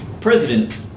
President